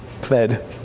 fed